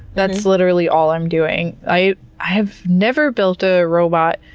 that's literally all i'm doing. i have never built a robot,